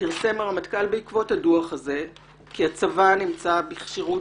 פרסם הרמטכ"ל בעקבות הדוח הזה כי: "הצבא נמצא בכשירות